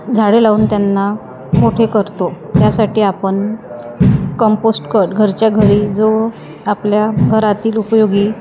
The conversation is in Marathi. झाडे लावून त्यांना मोठे करतो यासाठी आपण कंपोस्ट कर घरच्या घरी जो आपल्या घरातील उपयोगी